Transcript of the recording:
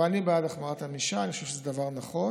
אבל אני בעד החמרת ענישה, אני חושב שזה דבר נכון.